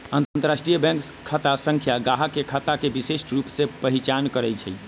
अंतरराष्ट्रीय बैंक खता संख्या गाहक के खता के विशिष्ट रूप से पहीचान करइ छै